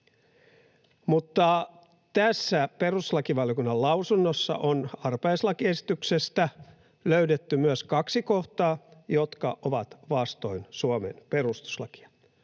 Mutta tässä perustuslakivaliokunnan lausunnossa on arpajaislakiesityksestä löydetty myös kaksi kohtaa, jotka ovat vastoin Suomen perustuslakia.